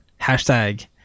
hashtag